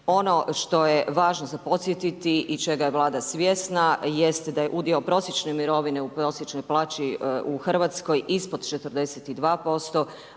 Ono što je važno za podsjetiti i čega je Vlada svjesna jest da je udio prosječne mirovine u prosječnoj plaći u Hrvatskoj ispod 42%